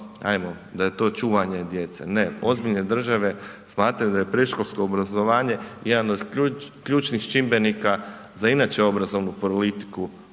ajmo da je to čuvanje djece, ne, ozbiljne države smatraju da je predškolsko obrazovanje jedan od ključnih čimbenika za inače obrazovnu politiku